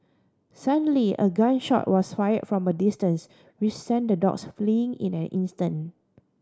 suddenly a gun shot was fired from a distance which sent the dogs fleeing in an instant